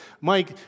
Mike